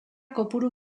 kopuru